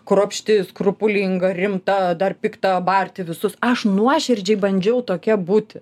kruopšti skrupulinga rimta dar pikta barti visus aš nuoširdžiai bandžiau tokia būti